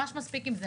ממש מספיק עם זה.